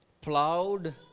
plowed